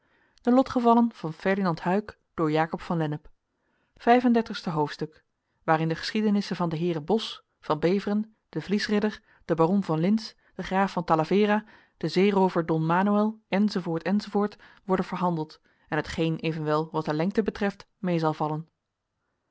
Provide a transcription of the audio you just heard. vijf en dertigste hoofdstuk waarin de geschiedenissen van de heeren bos van beveren den vliesridder den baron van lintz den graaf van talavera den zeeroover don manoël enz enz worden verhandeld en hetgeen evenwel wat de lengte betreft mee zal vallen